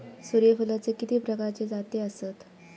सूर्यफूलाचे किती प्रकारचे जाती आसत?